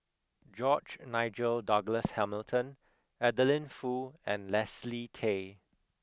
George Nigel Douglas Hamilton Adeline Foo and Leslie Tay